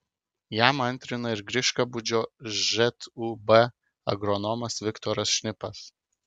jam antrina ir griškabūdžio žūb agronomas viktoras šnipas